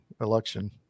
election